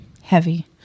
heavy